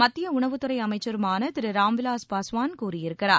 மத்திய உணவுத் துறை அமைச்சருமான திரு ராம்விலாஸ் பாஸ்வான் கூறியிருக்கிறார்